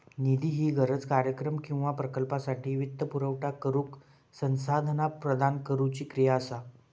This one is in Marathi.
निधी ही गरज, कार्यक्रम किंवा प्रकल्पासाठी वित्तपुरवठा करुक संसाधना प्रदान करुची क्रिया असा